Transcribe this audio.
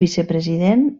vicepresident